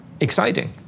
exciting